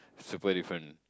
super different